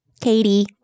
Katie